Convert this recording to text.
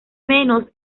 menos